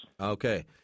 Okay